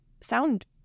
sound